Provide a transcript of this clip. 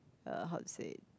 uh how to say